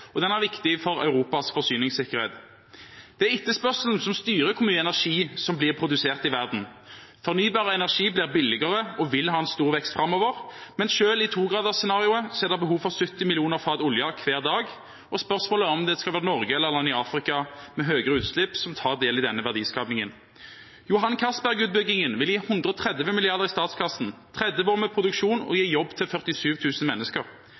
og fordi den er viktig for Europas forsyningssikkerhet. Det er etterspørselen som styrer hvor mye energi som blir produsert i verden. Fornybar energi blir billigere og vil ha en stor vekst framover, men selv i 2-gradersscenarioet er det behov for 70 millioner fat olje hver dag, og spørsmålet er om det skal være Norge eller land i Afrika med høyere utslipp som tar del i denne verdiskapingen. Johan Castberg-utbyggingen vil gi 130 mrd. kr i statskassen, 30 år med produksjon og jobb til 47 000 mennesker.